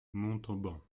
montauban